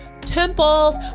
temples